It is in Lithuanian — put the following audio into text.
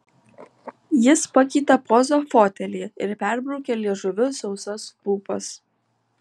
jis pakeitė pozą fotelyje ir perbraukė liežuviu sausas lūpas